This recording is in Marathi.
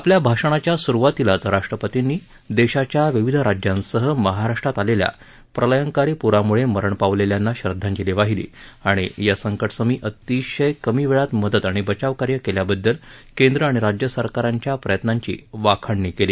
आपल्या भाषणाच्या सुरुवातीलाच राष्ट्रपतींनी देशाच्या विविध राज्यांसह महाराष्ट्रात आलेल्या प्रलंयकारी पूरामुळे मरण पावलेल्यांना श्रदधांजली वाहिली तसंच या संकटसमयी अतिशय कमी वेळात मदत आणि बचावकार्य केल्याबद्दल केंद्र आणि राज्यसरकारांच्या प्रयत्नांची वाखाणणी केली